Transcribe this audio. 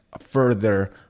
further